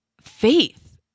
faith